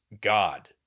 God